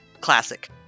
Classic